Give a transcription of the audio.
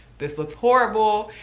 this looks horrible.